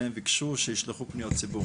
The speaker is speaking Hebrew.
והם ביקשו שישלחו פניות ציבור.